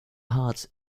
hearts